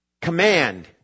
Command